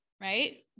right